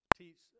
teach